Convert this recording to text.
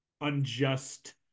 unjust